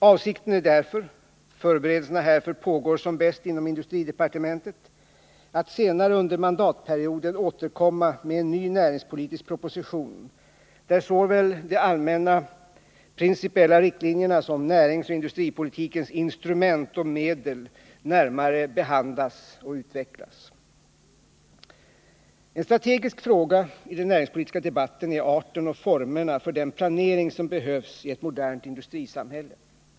Avsikten är därför — förberedelserna härför pågår som bäst inom industridepartementet — att senare under mandatperioden återkomma med en ny näringspolitisk proposition, där såväl de allmänna principiella riktlinjerna som näringsoch industripolitikens instrument och medel närmare behandlas och utvecklas. En strategisk fråga i den näringspolitiska debatten är arten och formerna för den planering som behövs i ett modernt industrisamhälle.